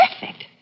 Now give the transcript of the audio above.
perfect